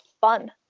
Fun